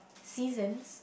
seasons